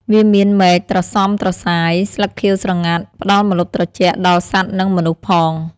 វាមានមែកត្រសុំត្រសាយ ស្លឹកខៀវស្រងាត់ ផ្តល់ម្លប់ត្រជាក់ដល់សត្វនិងមនុស្សផង។